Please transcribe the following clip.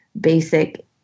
basic